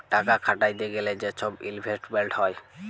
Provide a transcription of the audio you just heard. টাকা খাটাইতে গ্যালে যে ছব ইলভেস্টমেল্ট হ্যয়